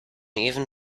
even